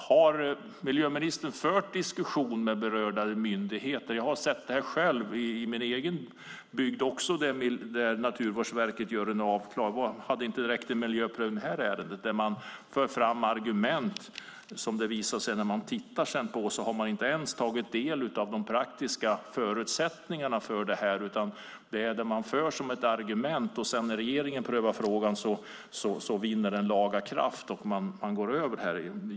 Har miljöministern fört diskussioner med berörda myndigheter? Jag har sett själv i min egen bygd hur Naturvårdsverket agerat. Hade det inte räckt med en miljöprövning? Det visar sig att man till exempel inte tagit del av de praktiska förutsättningarna. Man för fram argument, och när regeringen prövat frågan vinner det laga kraft.